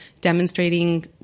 demonstrating